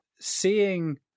seeing